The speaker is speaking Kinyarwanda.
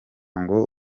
ngo